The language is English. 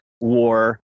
war